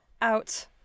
out